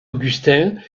augustin